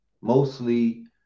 mostly